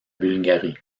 bulgarie